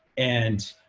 and